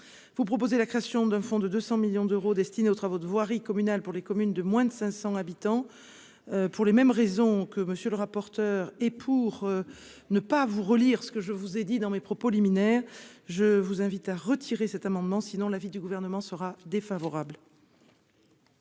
vous proposer la création d'un fonds de 200 millions d'euros destinés aux travaux de voirie communale pour les communes de moins de 500 habitants pour les mêmes raisons que monsieur le rapporteur, et pour ne pas vous relire ce que je vous ai dit dans mes propos liminaire, je vous invite à retirer cet amendement, sinon l'avis du Gouvernement sera défavorable.